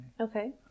Okay